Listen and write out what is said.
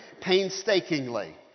painstakingly